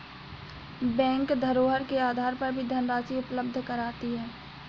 bank धरोहर के आधार पर भी धनराशि उपलब्ध कराती है